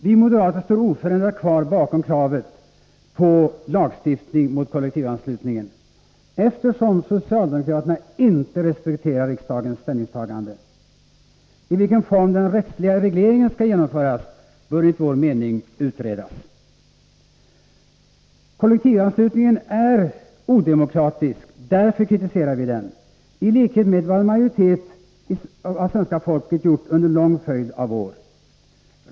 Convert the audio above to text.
Vi moderater står oförändrat kvar bakom kravet på lagstiftning mot kollektivanslutning, eftersom socialdemokraterna inte respekterar riksdagens ställningstagande. I vilken form den rättsliga regleringen skall genomföras bör enligt vår mening utredas. Kollektivanslutningen är odemokratisk. Därför kritiserar vi den i likhet med vad en majoritet av svenska folket har gjort under en lång följd av år.